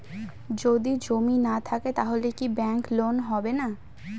যদি জমি না থাকে তাহলে কি ব্যাংক লোন হবে না?